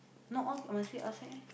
not all must wait outside eh